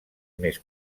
més